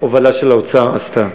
בהובלה של האוצר, עשתה.